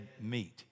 meat